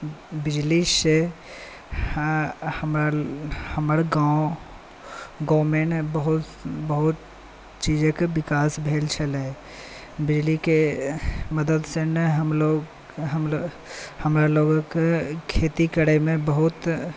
बिजली से हमर गाँव गाँवमे ने बहुत बहुत चीजके विकास भेल छलै बिजलीके मदद से ने हमलोग हमरा लोकके खेती करैमे बहुत